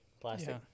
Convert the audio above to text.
plastic